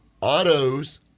Autos